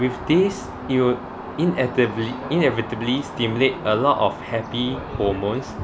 with this it will inevitably inevitably stimulate a lot of happy hormones